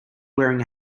wearing